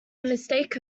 mistake